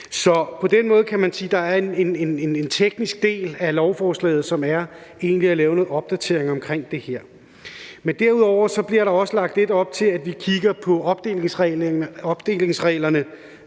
Så på den måde kan man sige, at der er en teknisk del af lovforslaget, som egentlig er at lave nogle opdateringer omkring det her. Men derudover bliver der også lagt lidt op til, at vi kigger på opdelingsreglerne